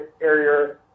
area